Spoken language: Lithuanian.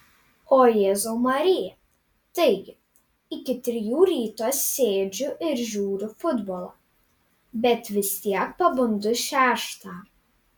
o jėzau marija taigi iki trijų ryto sėdžiu ir žiūriu futbolą bet vis tiek pabundu šeštą